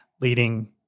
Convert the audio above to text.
leading